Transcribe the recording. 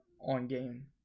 on-game